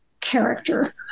character